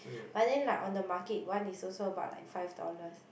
but then like on the market one is also about like five dollars